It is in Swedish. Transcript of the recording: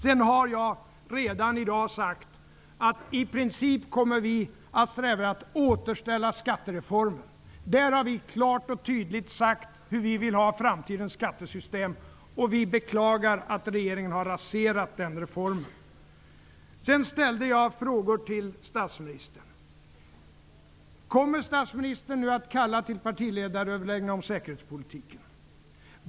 Jag har i dag redan sagt att vi i princip kommer att sträva efter att återställa skattereformen. Vi har i skattereformen klart och tydligt sagt hur vi vill ha framtidens skattesystem, och vi beklagar att regeringen har raserat den reformen. Jag ställde ett par frågor till statsministern: Kommer statsministern nu att kalla till partiledaröverläggningar om säkerhetspolitiken?